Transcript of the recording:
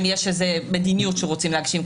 אם יש איזו מדיניות שרוצים להגשים,